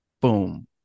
boom